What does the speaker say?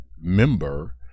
member